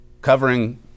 covering